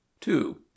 two